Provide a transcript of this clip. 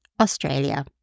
Australia